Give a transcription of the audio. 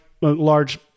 large